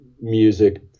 music